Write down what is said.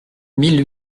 mille